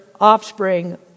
offspring